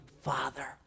Father